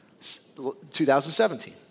2017